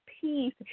peace